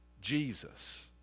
Jesus